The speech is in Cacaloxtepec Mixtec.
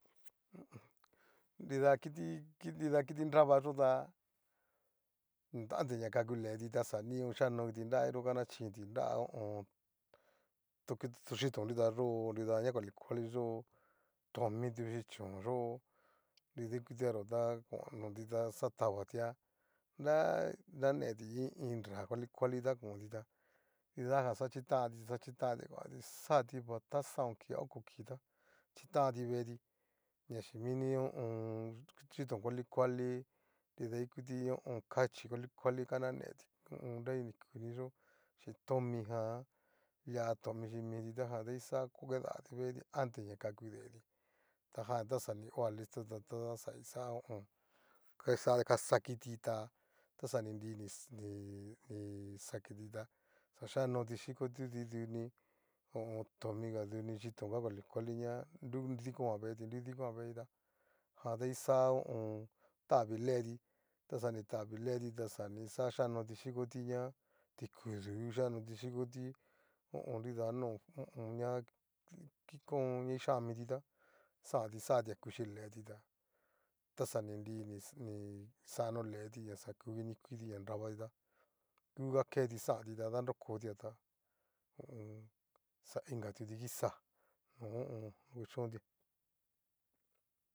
Nida kiti nida kiti nravañota nriantes ña kaku deti ta xa nion a xikano kiti nraviyo ka nachiti nra ho o on. to kito to yitón nritaxo nrida ña kuali kualiyó, tomituchi chón yo'o nrida ikutia yó ta kointa ta xa tavatia nra naneti in iin nra koali koali ta konti tá nridajan xhitanti xa xhitanti kuanti xati va tá xaon kii a oko kiita chitanti veeti ña chín mini ho o on. xhitón kuali kuali nrida ikuti ho o on. kachí kuali kuali ka naneti nrami nikuniyo chín tomijan lia tomi chí miti tájan ta kixa kidati veeti antes ña kaku deeti tajan ta xa oha listo ta toda xa ixa ho o on. kaxakiti tá ta xa ninri ni- ni xakitita xa xhikanoti xhikututi duni ho o on. tomiga duniga xhitón kuali kuali ña nru dikonga tu veetita jan nguxa ho o on. tavi le'ti taxa ni tavi le'ti ta xa ni kixa xhikanoti nrukutiña, tikudu xhikanoti nrukuti ho o on. nrida noo ho o on. ña ki ko kixanmiti ta xanti xatia kuxhi leetita ta xa ni nri nixano leeti ña xa ku kinikuiti ña nravatí ngu aketi xanti ta danrokotia ta ho o on. xa inga tuti kixá ho o on. kuchóntia